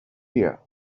her